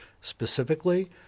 specifically